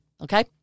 Okay